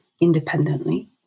independently